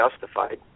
justified